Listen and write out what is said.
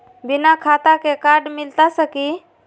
बिना खाता के कार्ड मिलता सकी?